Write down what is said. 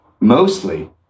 mostly